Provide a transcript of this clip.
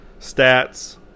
stats